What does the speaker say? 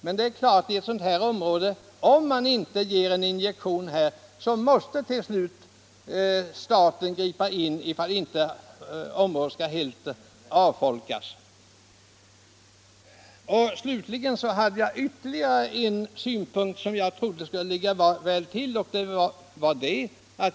Men om man i ett sådant här område inte ger en injektion måste staten till slut ingripa för att området inte helt skall avfolkas. Jag hade ytterligare en synpunkt, som jag trodde skulle ligga väl till.